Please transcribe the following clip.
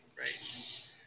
right